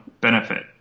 benefit